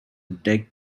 deck